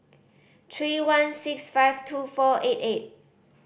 three one six five two four eight eight